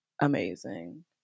amazing